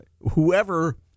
whoever